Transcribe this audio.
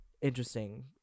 Interesting